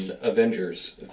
Avengers